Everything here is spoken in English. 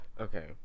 okay